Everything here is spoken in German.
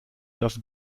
das